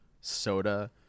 soda